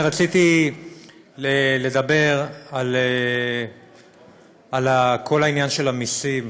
רציתי לדבר על כל העניין של המסים,